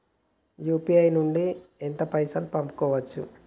UPI నుండి ఎంత పైసల్ పంపుకోవచ్చు?